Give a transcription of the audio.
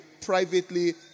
privately